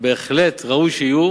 בהחלט ראוי שיהיו